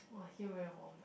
!wah! here very warm